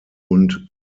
und